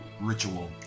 ritual